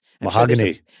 Mahogany